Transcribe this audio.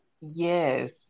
Yes